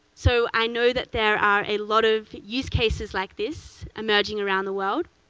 so i know that there are a lot of use cases like this emerging around the world.